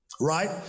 right